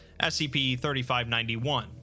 SCP-3591